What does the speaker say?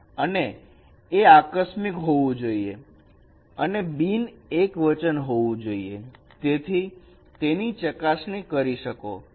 અને તે આકસ્મિક હોવું જોઈએ અને એક બિન એકવચન હોવું જોઈએ તમે તેની ચકાસણી કરી શકો છો